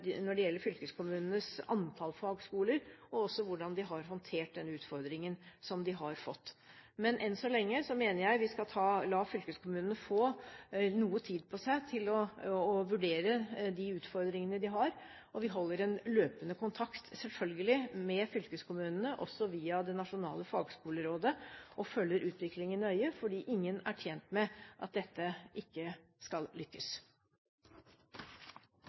når det gjelder fylkeskommunenes antall fagskoler, og hvordan de har håndtert denne utfordringen som de har fått. Men enn så lenge mener jeg vi skal la fylkeskommunene få noe tid på seg til å vurdere de utfordringene de har. Vi holder selvfølgelig løpende kontakt med fylkeskommunene, også via det nasjonale fagskolerådet, og følger utviklingen nøye, fordi ingen er tjent med at dette ikke skal lykkes.